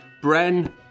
Bren